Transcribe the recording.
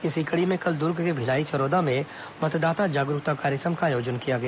इसी कड़ी में कल दुर्ग के भिलाई चरोदा में मतदाता जागरूकता कार्यक्रम का आयोजन किया गया